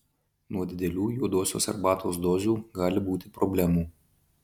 nuo didelių juodosios arbatos dozių gali būti problemų